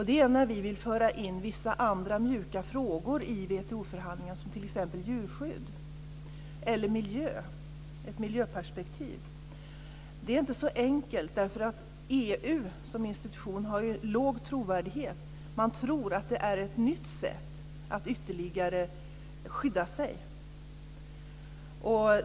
Det gäller att vi vill föra in vissa andra mjuka frågor i WTO förhandlingarna, som t.ex. frågorna om djurskydd och miljö. Det är inte så enkelt, för EU som institution har låg trovärdighet. Man tror att det är ett nytt sätt att skydda sig ytterligare.